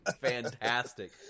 Fantastic